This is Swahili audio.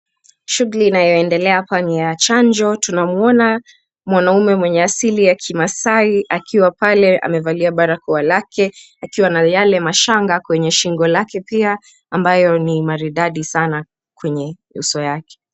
Shughuli inayoendelea hapa ni ya chanjo, tunamuona mwanaume mwenye asili ya kimaasai akiwa pale amevalia barakoa lake, akiwa na yale mashanga kwenye shingo lake, pia ambayo ni maridadi sana kwenye uso yake.